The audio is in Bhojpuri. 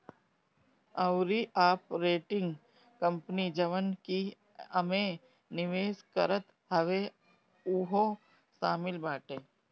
अउरी आपरेटिंग कंपनी जवन की एमे निवेश करत हवे उहो शामिल बाटे